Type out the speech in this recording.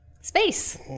space